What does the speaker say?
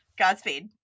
Godspeed